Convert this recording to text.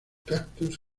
cactus